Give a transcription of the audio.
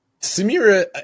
Samira